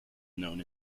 known